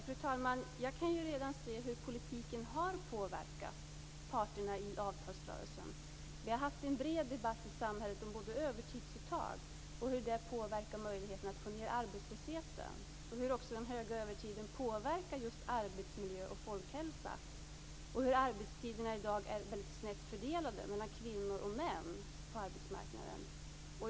Fru talman! Jag kan redan se hur politiken har påverkat parterna i avtalsrörelsen. Vi har haft en bred debatt i samhället om både övertidsuttag, och hur det påverkar möjligheterna att få ned arbetslösheten och hur också den stora övertiden också påverkar just arbetsmiljö och folkhälsa, och om hur snett fördelade arbetstiderna är i dag mellan kvinnor och män på arbetsmarknaden.